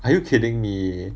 are you kidding me